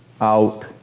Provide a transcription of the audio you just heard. out